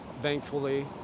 Thankfully